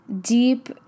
deep